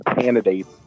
candidates